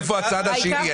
איפה הצד השני?